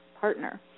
partner